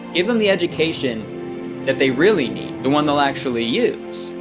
give them the education that they really need. the one they'll actually use.